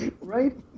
Right